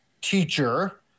Teacher